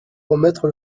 remettre